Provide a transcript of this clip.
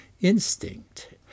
instinct